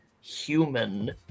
human